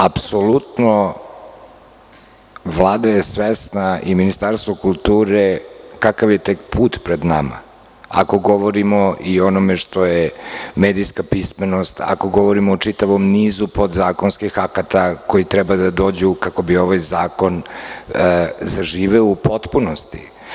Apsolutno je Vlada svesna i Ministarstvo kulture kakav je tek put pred nama, ako govorimo i o onome što je medijska pismenost, o čitavom nizu podzakonskih akata koji treba da dođu kako bi ovaj zakon zaživeo u potpunosti.